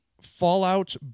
Fallout